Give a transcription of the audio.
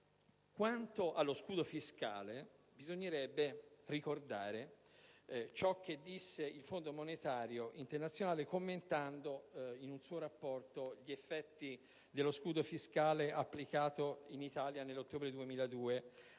Quanto allo scudo fiscale, bisognerebbe ricordare ciò che disse il Fondo monetario internazionale, commentando in un suo rapporto gli effetti dello scudo fiscale applicato in Italia nell'ottobre 2002: